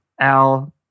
Al